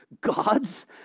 God's